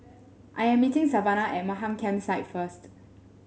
I am meeting Savana at Mamam Campsite first